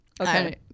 okay